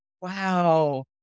Wow